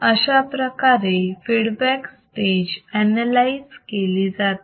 अशाप्रकारे feedback stage analyse केली जाते